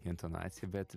intonacija bet